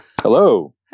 Hello